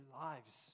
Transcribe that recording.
lives